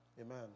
Amen